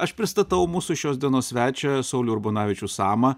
aš pristatau mūsų šios dienos svečią saulių urbonavičių samą